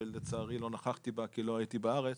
שלצערי לא נכחתי בה כי לא הייתי בארץ,